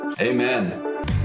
Amen